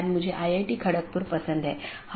अन्यथा पैकेट अग्रेषण सही नहीं होगा